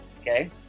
Okay